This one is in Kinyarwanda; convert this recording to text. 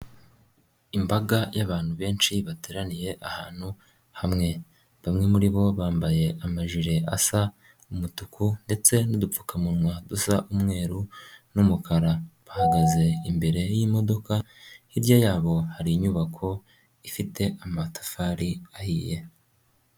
Imbaga y'abantu benshi bateraniye ahantu hamwe bamwe muri bo bambaye amajire asa umutuku ndetse n'udupfukamunwa dusa umweru n'umukara bahagaze imbere y'imodoka, hirya yabo hari inyubako ifite amatafari ahiye.